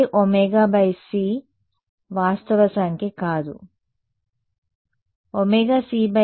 విద్యార్థి kr minus jki కి సమానమైన ఒమేగా తో సమానంగా ఉండండి